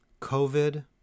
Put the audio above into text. COVID